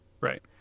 Right